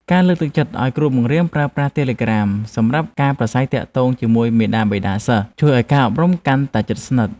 ការលើកទឹកចិត្តឱ្យគ្រូបង្រៀនប្រើប្រាស់តេឡេក្រាមសម្រាប់ការប្រស្រ័យទាក់ទងជាមួយមាតាបិតាសិស្សជួយឱ្យការអប់រំកាន់តែជិតស្និទ្ធ។